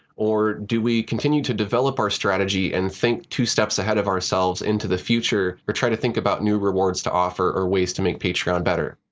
or do we continue to develop our strategy and think two steps ahead of ourselves into the future, or try to think about new rewards to offer, or ways to make patreon better?